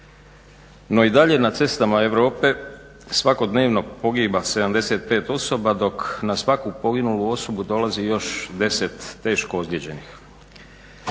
No i dalje na cestama Europe svakodnevno pogiba 75 osoba dok na svaku poginulu osobu dolazi još 10 teško ozlijeđenih.